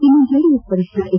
ಇನ್ನು ಜೆಡಿಎಸ್ ವರಿಷ್ಣ ಎಚ್